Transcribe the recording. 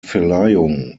verleihung